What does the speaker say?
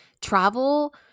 Travel